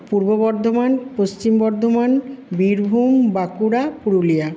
Purba Bardhaman Paschim Bardhaman Birbhum Bankura Purulia